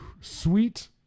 Sweet